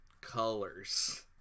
colors